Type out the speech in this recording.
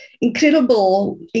incredible